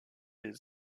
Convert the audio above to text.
des